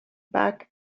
back